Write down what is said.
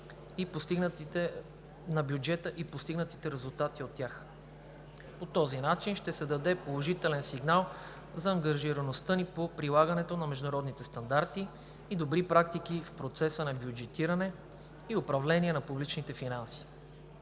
и постигнатите резултати от тях. По този начин ще се даде положителен сигнал за ангажираността ни по прилагането на международни стандарти и добри практики в процеса на бюджетиране и управление на публичните финанси.